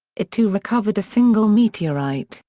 it too recovered a single meteorite,